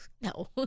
no